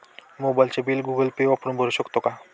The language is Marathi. मोबाइलचे बिल गूगल पे वापरून भरू शकतो का?